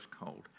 cold